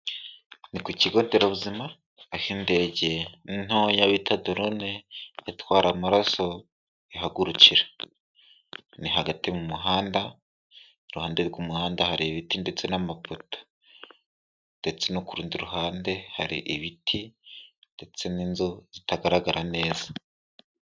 Ni ku kigo nderabuzima aho indege ntoya bita dorone itwara amaraso ihagurukira, ni hagati mu muhanda, iruhande rw'umuhanda hari ibiti ndetse n'amapoto ndetse no ku rundi ruhande hari ibiti ndetse n'inzu zitagaragara neza.